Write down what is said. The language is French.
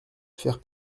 faire